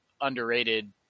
underrated